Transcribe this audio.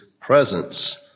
presence